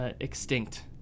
Extinct